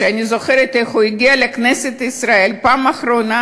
ואני זוכרת איך הוא הגיע לכנסת ישראל בפעם האחרונה